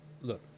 Look